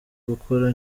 gukora